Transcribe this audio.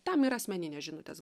tam yra asmeninės žinutės